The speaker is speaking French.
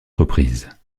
reprises